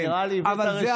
נראה לי שהבאת רשימות ארוכות.